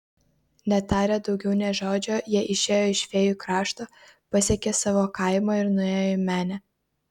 netarę daugiau nė žodžio jie išėjo iš fėjų krašto pasiekė savo kaimą ir nuėjo į menę